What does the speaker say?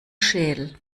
schädel